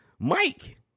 mike